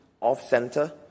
off-center